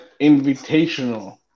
invitational